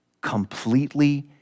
completely